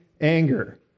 anger